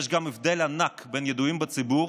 יש גם הבדל ענק בין ידועים בציבור,